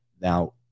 Now